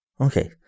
Okay